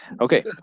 Okay